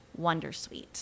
Wondersuite